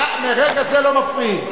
מרגע זה לא מפריעים.